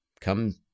come